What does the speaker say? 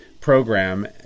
program